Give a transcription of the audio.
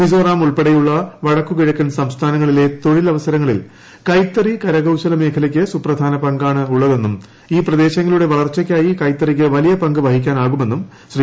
മിസോറാം ഉൾപ്പെടെയുള്ള വടക്ക് കിഴക്കൻ സംസ്ഥാനങ്ങളിലെ തൊഴിൽ അവസരങ്ങളിൽ കൈത്തറി കരകൌശല മേഖലയ്ക്ക് സുപ്രധാന പങ്കാണുള്ളതെന്നും ഈ പ്രദേശങ്ങളുടെ വളർച്ചയ്ക്കായി കൈത്തറിക്ക് വലിയ പങ്ക് വഹിക്കാനാകുമെന്നും ശ്രീ